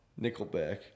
Nickelback